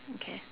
okay